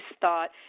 thought